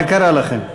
מה קרה לכם?